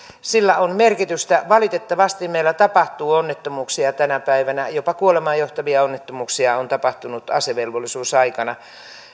sillä on merkitystä valitettavasti meillä tapahtuu onnettomuuksia tänä päivänä jopa kuolemaan johtavia onnettomuuksia on tapahtunut asevelvollisuusaikana